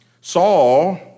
Saul